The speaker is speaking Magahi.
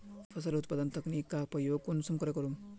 फसल उत्पादन तकनीक का प्रयोग कुंसम करे करूम?